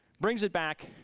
brings it back.